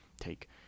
take